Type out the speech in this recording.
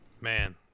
man